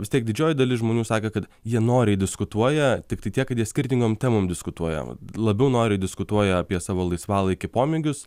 vis tiek didžioji dalis žmonių sakė kad jie noriai diskutuoja tiktai tiek kad jie skirtingom temom diskutuoja va labiau noriai diskutuoja apie savo laisvalaikį pomėgius